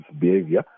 behavior